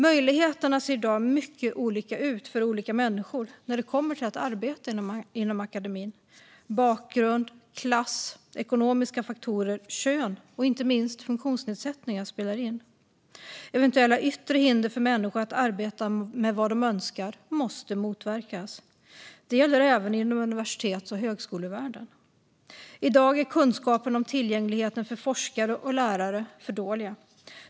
Möjligheterna ser i dag mycket olika ut för olika människor när det kommer till att arbeta inom akademin. Bakgrund, klass, ekonomiska faktorer, kön och inte minst funktionsnedsättningar spelar in. Eventuella yttre hinder för människor att arbeta med vad de önskar måste motverkas. Det gäller även inom universitets och högskolevärlden. I dag är kunskaperna om tillgänglighet för forskare och lärare för dåliga.